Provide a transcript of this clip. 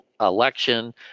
election